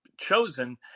chosen